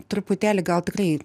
truputėlį gal tikrai